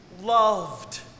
loved